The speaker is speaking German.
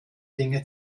dinge